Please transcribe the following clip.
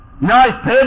nice